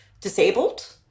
disabled